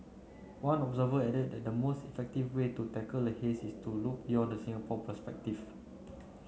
one observer added that the most effective way to tackle the haze is to look beyond the Singapore perspective